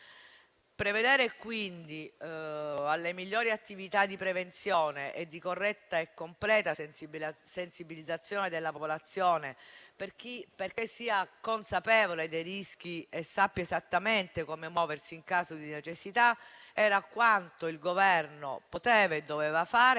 Prevedere quindi le migliori attività di prevenzione e di corretta e completa sensibilizzazione della popolazione perché sia consapevole dei rischi e sappia esattamente come muoversi in caso di necessità era quanto il Governo poteva e doveva fare